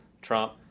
Trump